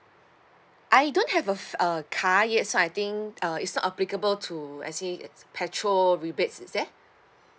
I don't have uh a car yet so I think uh it's not applicable to let's say petrol rebates is there